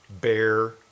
bear